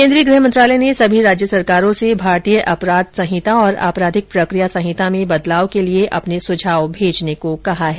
केन्द्रीय गृह मंत्रालय ने सभी राज्य सरकारों से भारतीय अपराध संहिता और आपराधिक प्रक्रिया सँहिता में बदलाव के लिए अपने सुझाव भेजने को कहा है